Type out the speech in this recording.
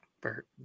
Bert